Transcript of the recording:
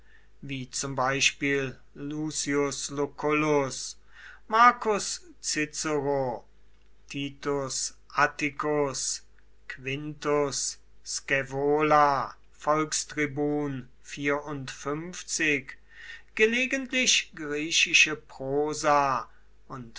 wie zum beispiel lucius lucullus marcus cicero titus atticus quintus scaevola volkstribun gelegentlich griechische prosa und